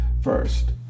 first